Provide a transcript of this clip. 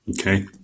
Okay